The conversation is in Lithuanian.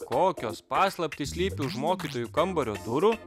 kokios paslaptys slypi už mokytojų kambario durų